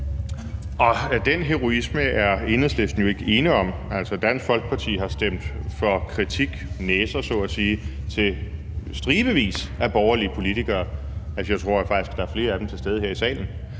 Den heroisme er Enhedslisten jo ikke ene om. Dansk Folkeparti har stemt for kritik, næser så at sige, til stribevis af borgerlige politikere. Altså, jeg tror faktisk, der er flere af dem til stede her i salen.